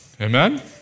Amen